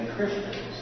Christians